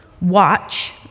watch